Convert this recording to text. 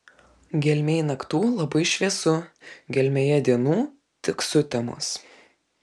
gelmėj naktų labai šviesu gelmėje dienų tik sutemos